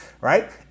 Right